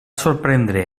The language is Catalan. sorprendre